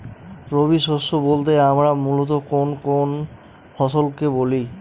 রবি শস্য বলতে আমরা মূলত কোন কোন ফসল কে বলি?